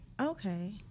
Okay